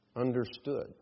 understood